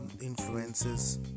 influences